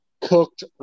cooked